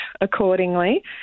accordingly